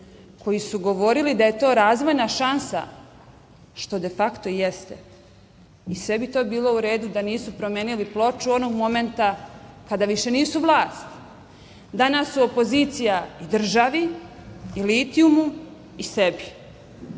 koji su govorili da je to razvojna šansa, što de fakto jeste i sve bi to bilo u redu da nisu promenili ploču onog momenta kada više nisu vlast. Danas su opozicija i državi i litijumu i sebi.